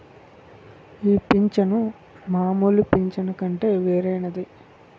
ఈ పింఛను మామూలు పింఛను కంటే వేరైనది